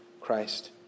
Christ